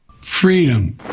Freedom